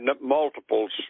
multiples